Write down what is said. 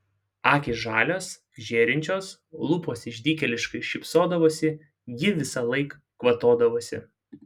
akys žalios žėrinčios lūpos išdykėliškai šypsodavosi ji visąlaik kvatodavosi